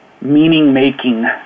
meaning-making